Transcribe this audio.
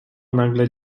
nagle